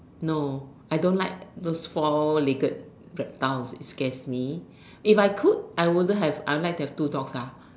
no I don't like those four legged verities it scares me if I could I wouldn't have I would like to have two dogs